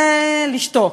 ולשתוק.